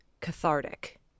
cathartic